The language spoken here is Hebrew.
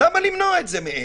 למה למנוע את זה מהם?